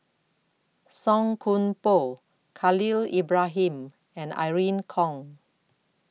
Song Koon Poh Khalil Ibrahim and Irene Khong